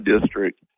district